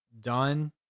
done